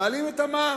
מעלים את המע"מ.